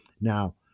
Now